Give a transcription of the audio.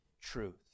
truth